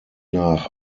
nach